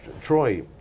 Troy